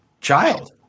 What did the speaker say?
child